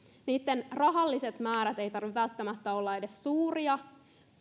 niitten rahallisten määrien ei tarvitse välttämättä olla edes suuria